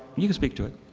you can speak to it.